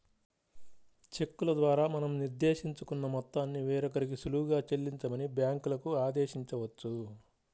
చెక్కుల ద్వారా మనం నిర్దేశించుకున్న మొత్తాన్ని వేరొకరికి సులువుగా చెల్లించమని బ్యాంకులకి ఆదేశించవచ్చు